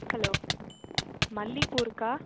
hello மல்லிகைப்பூ இருக்கா